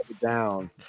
down